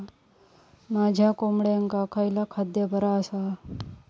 माझ्या कोंबड्यांका खयला खाद्य बरा आसा?